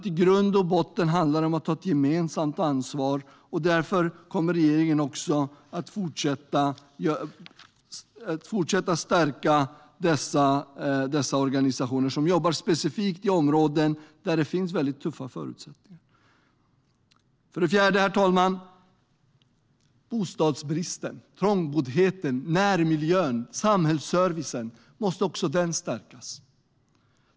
I grund och botten handlar det om att ta ett gemensamt ansvar, och därför kommer regeringen också att fortsätta stärka dessa organisationer som jobbar specifikt i områden där det finns väldigt tuffa förutsättningar. För det fjärde: Bostadsbristen och trångboddheten måste vi råda bot på, och närmiljön och samhällsservicen måste stärkas.